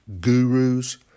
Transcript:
gurus